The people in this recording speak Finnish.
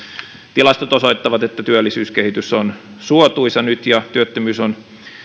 tilastot osoittavat että työllisyyskehitys on suotuisa nyt ja työttömyys on